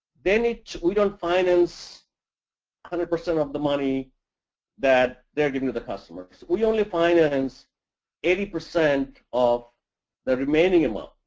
they need to we don't finance a hundred percent of the money that they are giving to the costumer. we only finance eighty percent of the remaining amount.